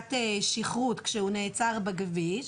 לבדיקת שכרות כשהוא נעצר בכביש,